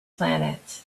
planet